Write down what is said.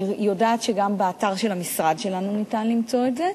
אני יודעת שגם באתר של המשרד שלנו ניתן למצוא אותו.